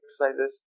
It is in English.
exercises